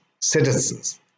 citizens